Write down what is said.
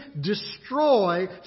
destroy